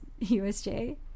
USJ